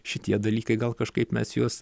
šitie dalykai gal kažkaip mes juos